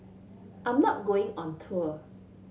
I'm not going on tour